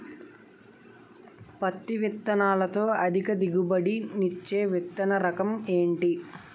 పత్తి విత్తనాలతో అధిక దిగుబడి నిచ్చే విత్తన రకం ఏంటి?